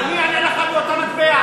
אני אענה לך באותה מטבע.